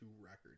record